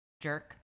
jerk